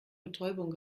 betäubung